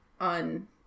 on